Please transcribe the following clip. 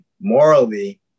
morally